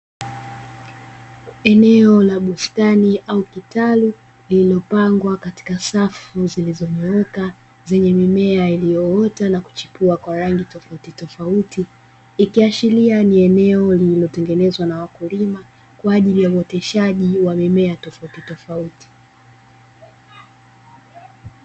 Eneo la bustani au kitalu lililopangwa katika safu zilizonyooka, zenye mimea iliyoota na kuchipua kwa rangi tofautitofauti. Ikiashiria ni eneo lililotengenezwa na wakulima kwa ajili ya woteshaji wa mimea tofautitofauti.